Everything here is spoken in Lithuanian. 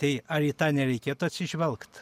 tai ar į tą nereikėtų atsižvelgt